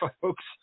folks